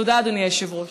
תודה, אדוני היושב-ראש.